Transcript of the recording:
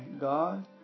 God